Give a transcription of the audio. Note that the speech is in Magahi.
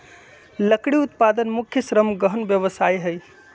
लकड़ी उत्पादन मुख्य श्रम गहन व्यवसाय हइ